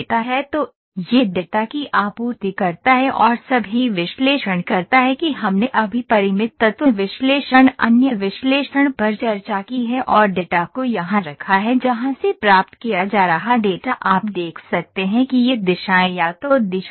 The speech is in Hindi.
तो यह डेटा की आपूर्ति करता है और सभी विश्लेषण करता है कि हमने अभी परिमित तत्व विश्लेषण अन्य विश्लेषण पर चर्चा की है और डेटा को यहां रखा है जहां से प्राप्त किया जा रहा डेटा आप देख सकते हैं कि यह दिशाएं या तो दिशाओं में है